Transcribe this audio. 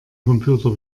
computer